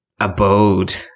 abode